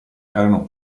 erano